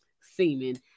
semen